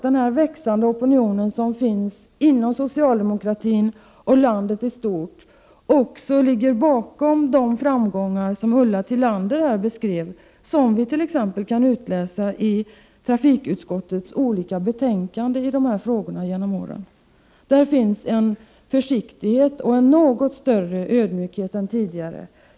Den växande opinion som finns inom socialdemokratin och i landet i stort ligger också bakom de framgångar som Ulla Tillander här beskrev, som vi t.ex. kan utläsa i trafikutskottets olika betänkanden i dessa frågor genom åren. Där finns en försiktighet och en något större ödmjukhet än tidigare.